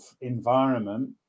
environment